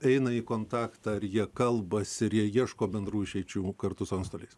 eina į kontaktą ar jie kalbasi ir jie ieško bendrų išeičių kartu su antstoliais